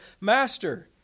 master